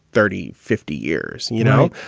thirty, fifty years? you know,